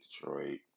Detroit